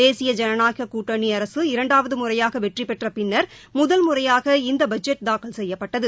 தேசிய ஜனநாயக கூட்டணி இரண்டாவது முறையாக வெற்றி பெற்ற பின்னர் முதல் முறையாக இந்த பட்ஜெட் தாக்கல் செய்யப்பட்டது